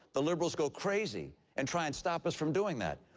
the liberals go crazy and try and stop us from doing that.